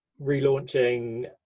relaunching